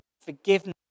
forgiveness